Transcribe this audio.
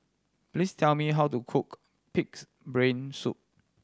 please tell me how to cook Pig's Brain Soup